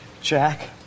Jack